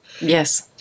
Yes